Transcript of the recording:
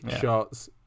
shots